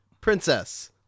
Princess